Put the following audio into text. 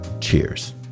Cheers